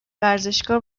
ورزشکار